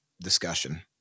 discussion